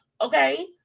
Okay